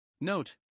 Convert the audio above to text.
Note